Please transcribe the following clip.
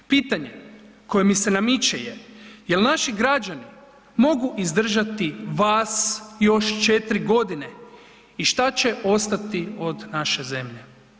Pitanje koje mi se namiče je, jel naši građani mogu izdržati vas još 4.g. i šta će ostati od naše zemlje?